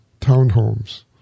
townhomes